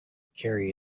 carry